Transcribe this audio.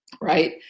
right